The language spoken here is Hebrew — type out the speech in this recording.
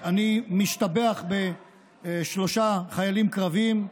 אני השתבחתי בשלושה חיילים קרביים,